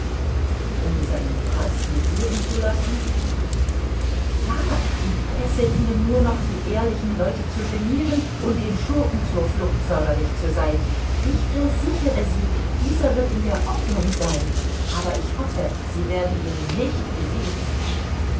um seinen paß visiren zu lassen ja die pässe dienen nur noch die ehrlichen leute zu geniren und den schurken zur flucht förderlich zu sein ich versichere sie dieser wird in der ordnung sein aber ich hoffe sie werden ihn nicht